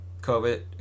COVID